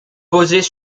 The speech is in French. posées